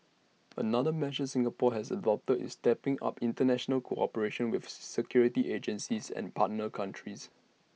another measure Singapore has adopted is stepping up International cooperation with security agencies and partner countries